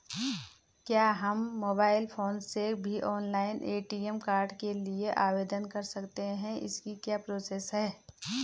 क्या हम mobile phone से भी ऑनलाइन ए.टी.एम कार्ड के लिए आवेदन कर सकते हैं इसकी क्या प्रोसेस है?